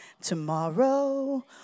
tomorrow